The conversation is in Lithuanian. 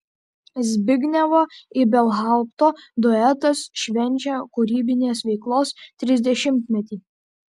zbignevo ibelhaupto duetas švenčia kūrybinės veiklos trisdešimtmetį